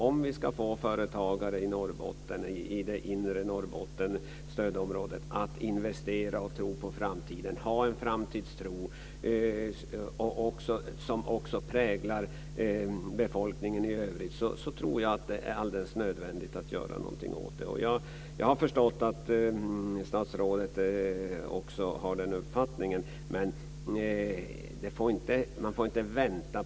Om vi ska få företagare i Norrbotten, i det inre Norrbotten, stödområdet, att investera och tro på framtiden, att ha en framtidstro som också präglar befolkningen i övrigt, så tror jag att det är alldeles nödvändigt att göra något åt det här. Jag har förstått att statsrådet också har den uppfattningen. Men man får inte vänta.